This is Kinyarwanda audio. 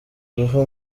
uruhu